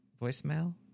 Voicemail